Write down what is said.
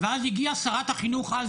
ואז הגיעה שרת החינוך אז,